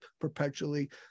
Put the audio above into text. perpetually